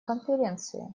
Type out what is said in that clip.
конференции